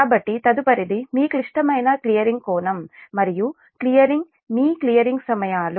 కాబట్టి తదుపరిది మీ క్లిష్టమైన క్లియరింగ్ కోణం మరియు క్లియరింగ్ మీ క్లియరింగ్ సమయాలు